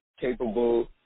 capable